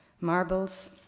marbles